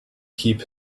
keep